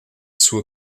sua